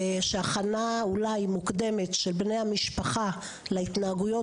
שאולי הכנה מוקדמת של בני המשפחה להתנהגויות